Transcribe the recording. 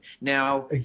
Now